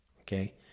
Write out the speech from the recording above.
Okay